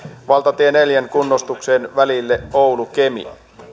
valtatie neljän kunnostukseen välille oulu kemi